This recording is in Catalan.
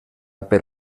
per